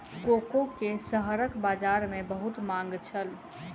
cocoa के शहरक बजार में बहुत मांग छल